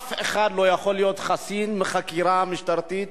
אף אחד לא יכול להיות חסין מחקירה משטרתית.